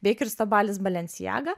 bei kristobalis balenciaga